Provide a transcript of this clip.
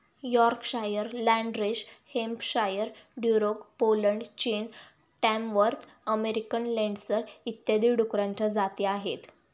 Yorkshire, Landrace Hampshire, Duroc Poland, चीन, Tamworth American Landrace इत्यादी डुकरांच्या जाती आहेत